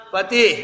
Pati